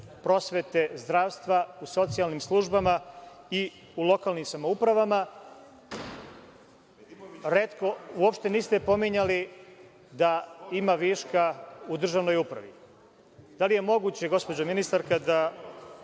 prosvete, zdravstva, u socijalnim službama i u lokalnim samoupravama. Uopšte niste pominjali da ima viška u državnoj upravi. Da li je moguće, gospođo ministarka,